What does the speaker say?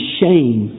shame